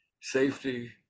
safety